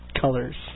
colors